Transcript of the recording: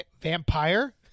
Vampire